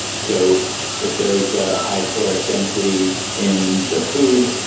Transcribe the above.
so if there is a high caloric density in the food,